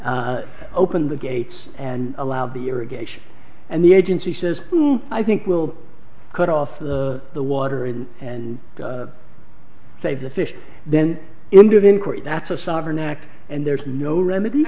open the gates and allow the irrigation and the agency says i think we'll cut off the the water in and save the fish then ended inquiry that's a sovereign act and there's no remedy